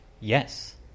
Yes